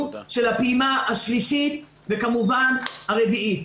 של הפעימה השלישית וכמובן הרביעית.